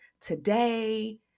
today